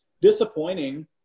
disappointing